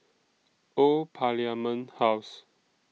Old Parliament House